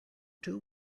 two